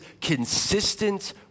consistent